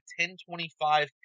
10.25